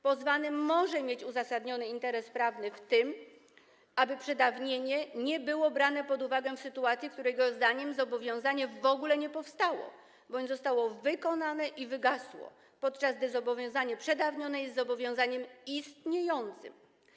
Pozwany może mieć uzasadniony interes prawny w tym, aby przedawnienie nie było brane pod uwagę w sytuacji, w której jego zdaniem zobowiązanie w ogóle nie powstało bądź zostało wykonane i wygasło, podczas gdy zobowiązanie przedawnione jest zobowiązaniem istniejącym.